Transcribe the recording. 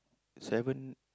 seven